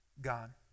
God